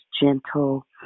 gentle